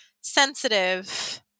sensitive